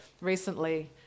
recently